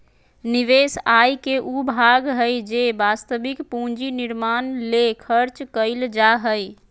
निवेश आय के उ भाग हइ जे वास्तविक पूंजी निर्माण ले खर्च कइल जा हइ